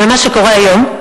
ומה שקורה היום,